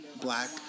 Black